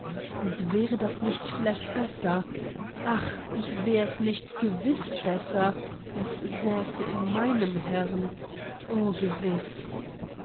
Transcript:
und wäre das nicht vielleicht besser ach und wär es nicht gewiß besser es säße in meinem hirn o gewiß